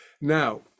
now